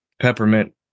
Peppermint